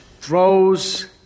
throws